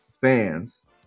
fans